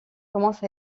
commence